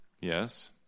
Yes